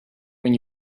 when